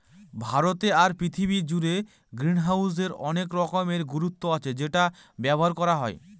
ভারতে আর পৃথিবী জুড়ে গ্রিনহাউসের অনেক রকমের গুরুত্ব আছে সেটা ব্যবহার করা হয়